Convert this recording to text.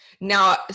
Now